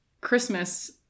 Christmas